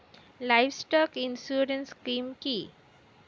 Livestock insurance scheme কি?